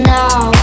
now